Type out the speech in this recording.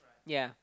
ya